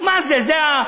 מה זה,